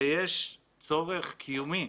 ויש צורך קיומי